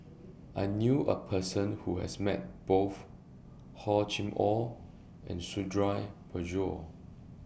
I knew A Person Who has Met Both Hor Chim Or and Suradi Parjo